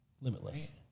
Limitless